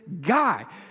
guy